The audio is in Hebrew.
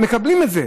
מקבלים את זה,